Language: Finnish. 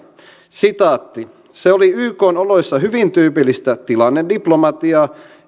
kauan aikaa se oli ykn oloissa hyvinkin tyypillistä tilannediplomatiaa